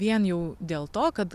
vien jau dėl to kad